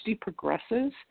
progresses